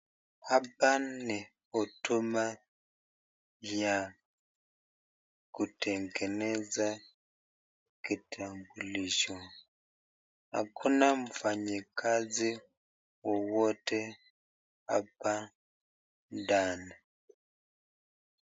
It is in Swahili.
Hapa ni Huduma ya kutengeneza kitambulisho. Hakuna mfanyikazi wowote hapa ndani.